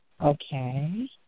Okay